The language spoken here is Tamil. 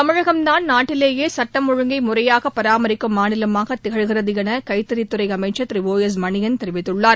தமிழகம்தான் நாட்டிலேயேசுட்டம் முறையாகபராமரிக்கும் ஒழுங்கை மாநிலமாகதிகழ்கிறதுஎனகைத்தறித்துறைஅமைச்சர் திரு ஓ எஸ் மணியன் தெரிவித்துள்ளார்